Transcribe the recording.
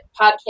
podcast